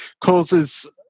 causes